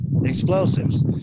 explosives